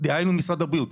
דהיינו משרד הבריאות.